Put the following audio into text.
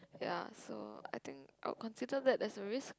ya so I think I would consider that as a risk